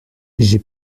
j’ai